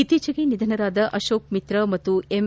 ಇತ್ತೀಚೆಗೆ ನಿಧನರಾದ ಅಶೋಕ್ ಮಿತ್ರಾ ಮತ್ತು ಎಂ